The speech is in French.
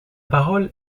parole